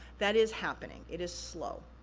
that is happening, it is slow.